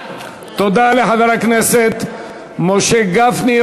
תודה לחבר הכנסת משה גפני.